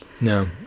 No